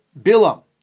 Bilam